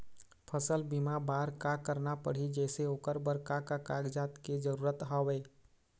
फसल बीमा बार का करना पड़ही जैसे ओकर बर का का कागजात के जरूरत हवे?